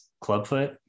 Clubfoot